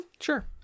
Sure